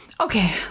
Okay